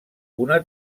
una